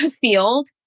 field